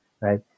right